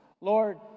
Lord